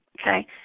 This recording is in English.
Okay